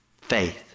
Faith